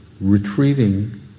Retreating